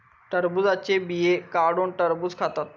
टरबुजाचे बिये काढुन टरबुज खातत